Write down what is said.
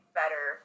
better